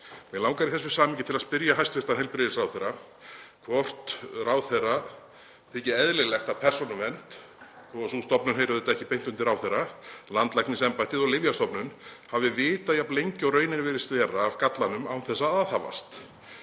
Mig langar í þessu samhengi til að spyrja hæstv. heilbrigðisráðherra hvort ráðherra þyki eðlilegt að Persónuvernd, þótt sú stofnun heyri ekki beint undir ráðherra, landlæknisembættið og Lyfjastofnun hafi vitað jafn lengi og raunin virðist vera af gallanum án þess að aðhafast.